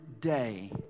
day